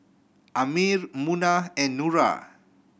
Ammir Munah and Nura